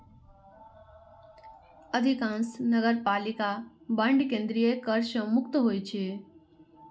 अधिकांश नगरपालिका बांड केंद्रीय कर सं मुक्त होइ छै